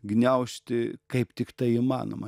gniaužti kaip tiktai įmanoma